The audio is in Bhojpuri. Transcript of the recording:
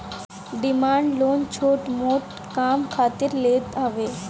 डिमांड लोन छोट मोट काम खातिर लेत हवे